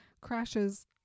Crashes